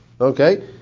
Okay